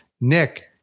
Nick